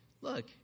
Look